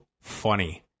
funny